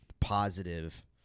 positive